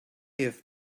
have